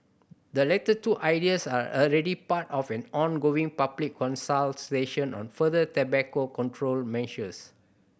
the latter two ideas are already part of an ongoing public consultation on further tobacco control measures